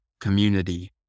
community